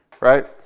Right